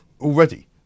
already